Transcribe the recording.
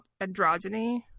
androgyny